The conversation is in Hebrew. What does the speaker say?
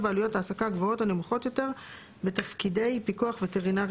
בעלויות העסקה הגבוהות או הנמוכות יותר בתפקידי פיקוח וטרינרי